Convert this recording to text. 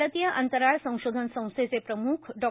भारतीय अंतराळ संशोधन संस्थेचे प्रमुख डॉ